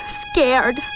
scared